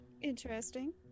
Interesting